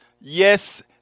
yes